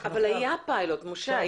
הכנסה -- אבל היה פיילוט משה.